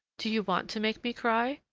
do you want to make me cry?